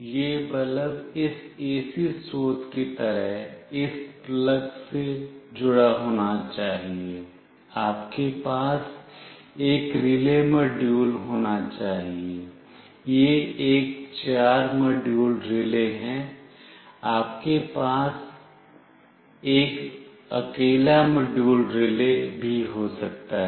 यह बल्ब इस AC स्रोत की तरह इस प्लग से जुड़ा होना चाहिए आपके पास एक रिले मॉड्यूल होना चाहिए यह एक चार मॉड्यूल रिले है आपके पास एक एकेला मॉड्यूल रिले भी हो सकता है